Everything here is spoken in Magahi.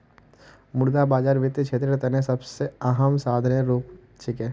मुद्रा बाजार वित्तीय क्षेत्रेर तने सबसे अहम साधनेर रूपत छिके